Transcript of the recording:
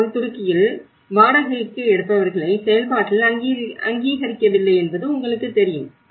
இதேபோல் துருக்கியில் வாடகைக்கு எடுப்பவர்களை செயல்பாட்டில் அங்கீகரிக்கவில்லை என்பது உங்களுக்குத் தெரியும்